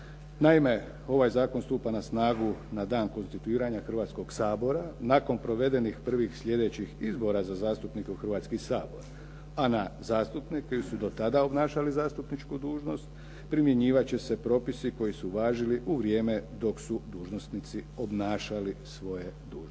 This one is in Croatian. Naime, ovaj zakon stupa na snagu na dan konstituiranja Hrvatskog sabora, nakon provedenih prvih sljedećih izbora za zastupnike u Hrvatski sabor. A na zastupnike koji su do tada obnašali zastupničku dužnost, primjenjivati će se propisi koji su važili u vrijeme dok su dužnosnici obnašali svoje dužnosti.